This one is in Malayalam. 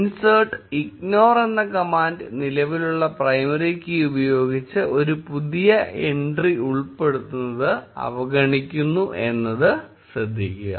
insert ignore എന്ന കമാൻഡ് നിലവിലുള്ള പ്രൈമറി കീ ഉപയോഗിച്ച് ഒരു പുതിയ എൻട്രി ഉൾപ്പെടുത്തുന്നത് അവഗണിക്കുന്നു എന്നത് ശ്രദ്ധിക്കുക